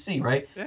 right